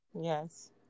yes